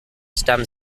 stem